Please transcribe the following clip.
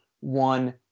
one